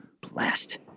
Blast